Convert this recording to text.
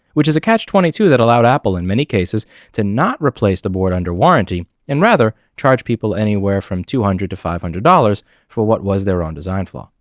which is a catch twenty two that allowed apple in many cases to not replace the board under warranty and rather charge people anywhere from two hundred dollars to five hundred dollars for what was their own design flaw.